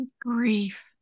Grief